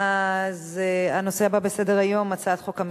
אז הנושא הבא בסדר-היום: הצעת חוק חובת